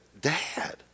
Dad